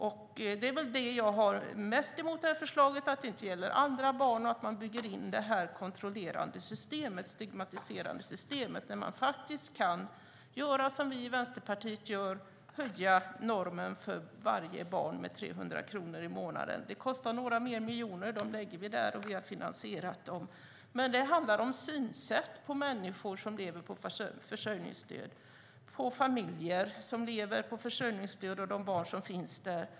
Det är detta jag har mest emot förslaget: Det gäller inte andra barn, och man bygger upp det kontrollerande och stigmatiserande systemet när man i stället kan göra som vi i Vänsterpartiet gör och höja normen för varje barn med 300 kronor i månaden. Det kostar några miljoner mer. Dessa lägger vi där, och vi har finansierat dem. Det handlar om synsätt på människor som lever på försörjningsstöd, på familjer som lever på försörjningsstöd och på de barn som finns där.